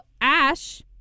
Ash